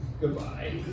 Goodbye